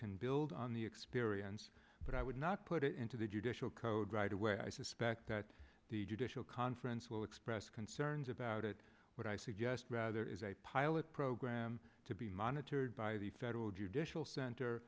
can build on the experience but i would not put it into the judicial code right away i suspect that the judicial conference will express concerns about it but i suggest that there is a pilot program to be monitored by the federal judicial center